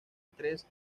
tres